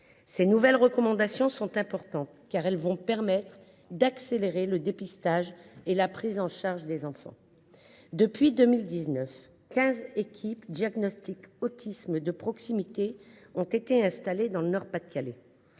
Ces nouvelles recommandations sont importantes, car elles permettront d’accélérer le dépistage et la prise en charge des enfants. Depuis 2019, quinze équipes diagnostic autisme de proximité (Edap) sont présentes dans le Nord Pas de Calais.